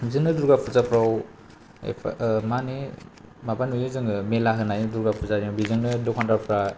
बिदिनो दुर्गा फुजाफ्राव एफै मानि माबा नुयो जोङो मेला होनाय दुर्गा फुजाया बिजोंनो दखानदारफ्रा